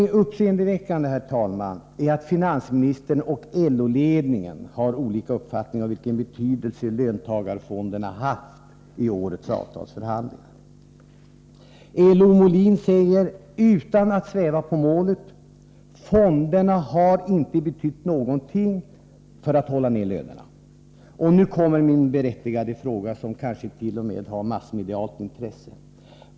Det uppseendeväckande är att finansministern och LO ledningen har olika uppfattningar om vilken betydelse löntagarfonderna haft i årets avtalsförhandlingar. LO-Molin säger — utan att sväva på målet: Fonderna har inte betytt någonting för att hålla nere lönerna. Nu kommer min berättigade fråga — som kanske t.o.m. har massmedialt intresse.